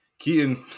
Keaton